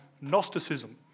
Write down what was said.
Gnosticism